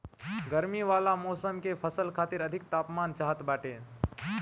गरमी वाला मौसम के फसल खातिर अधिक तापमान चाहत बाटे